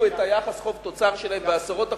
את היחס חוב תוצר שלהן בעשרות אחוזים,